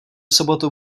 sobotu